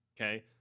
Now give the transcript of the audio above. okay